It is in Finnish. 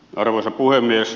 arvoisa puhemies